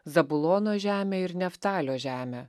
zabulono žeme ir neftalio žeme